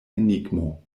enigmo